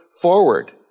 forward